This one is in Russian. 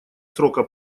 срока